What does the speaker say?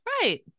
Right